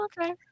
Okay